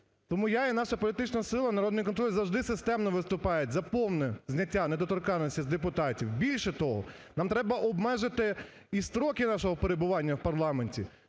Тому я і наша політична сила "Народний контроль" завжди системно виступають за повне зняття недоторканності з депутатів. Більше того, нам треба обмежити і строки нашого перебування в парламенті